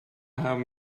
haben